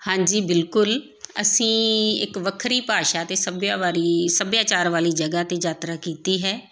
ਹਾਂਜੀ ਬਿਲਕੁਲ ਅਸੀਂ ਇੱਕ ਵੱਖਰੀ ਭਾਸ਼ਾ ਅਤੇ ਸੱਭਿਆ ਬਾਰੇ ਸੱਭਿਆਚਾਰ ਵਾਲੀ ਜਗ੍ਹਾ 'ਤੇ ਯਾਤਰਾ ਕੀਤੀ ਹੈ